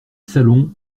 salon